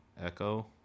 Echo